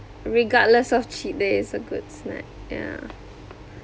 regardless of cheat day it's a good snack yeah